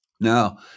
Now